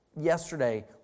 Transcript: Yesterday